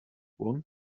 want